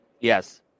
Yes